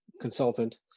consultant